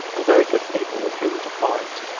and very good people with whom to fight.